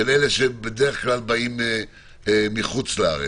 שבאים בדרך כלל מחו"ל,